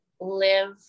live